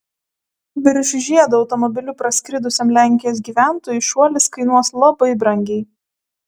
virš žiedo automobiliu praskridusiam lenkijos gyventojui šuolis kainuos labai brangiai